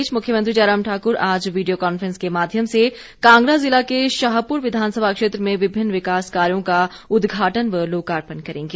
इस बीच मुख्यमंत्री जयराम ठाकर आज वीडियो कान्फ्रेंस के माध्यम से कांगड़ा जिला के शाहपुर विधानसभा क्षेत्र में विभिन्न विकास कार्यों का उद्घाटन व लोकार्पण करेंगे